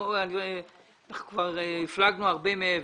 כבר הפלגנו הרבה מעבר.